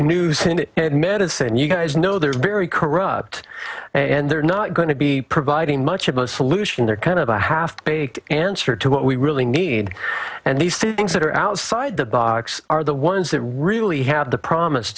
senate medicine you guys know they're very corrupt and they're not going to be providing much of a solution they're kind of a half baked answer to what we really need and these things that are outside the box are the ones that really have the promise